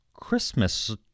Christmas